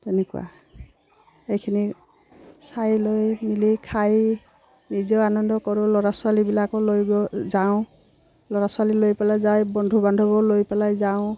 তেনেকুৱা এইখিনি চাই লৈ মিলি খাই নিজেও আনন্দ কৰোঁ ল'ৰা ছোৱালীবিলাকো লৈ গৈ যাওঁ ল'ৰা ছোৱালী লৈ পেলাই যায় বন্ধু বান্ধৱো লৈ পেলাই যাওঁ